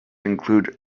include